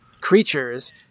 creatures